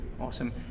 Awesome